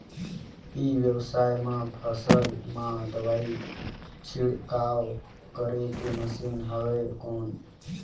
ई व्यवसाय म फसल मा दवाई छिड़काव करे के मशीन हवय कौन?